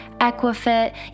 Equifit